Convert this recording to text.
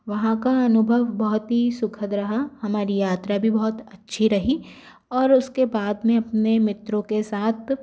वहाँ का अनुभव बहुत ही सुखद रहा हमारी यात्रा भी बहुत अच्छी रही और उसके बाद में अपने मित्रों के साथ